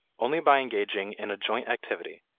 only by engaging in a joint activity,